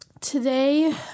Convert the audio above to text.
today